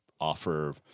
offer